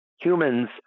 Humans